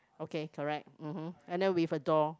okay correct mmhmm and then with a door